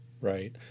Right